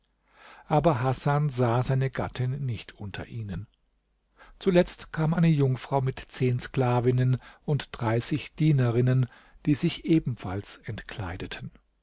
aber hasan sah seine gattin nicht unter ihnen zuletzt kam eine jungfrau mit zehn sklavinnen und dreißig dienerinnen die sich ebenfalls entkleideten